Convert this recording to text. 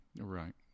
right